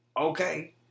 Okay